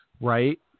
Right